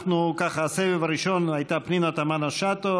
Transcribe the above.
בסבב הראשון הייתה פנינה תמנו-שטה,